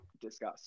discuss